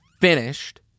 finished